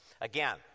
Again